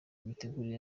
imitegurire